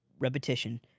repetition